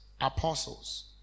apostles